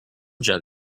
jug